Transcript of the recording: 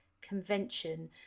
Convention